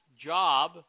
job